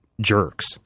jerks